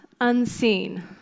unseen